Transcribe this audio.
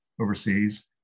overseas